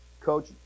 Coach